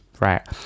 right